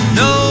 no